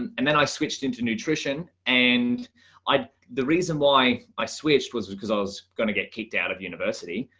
and and then i switched into nutrition. and i, the reason why i switched was because i was going to get kicked out of university.